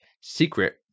Secret